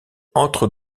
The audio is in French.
entre